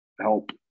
help